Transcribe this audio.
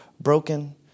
broken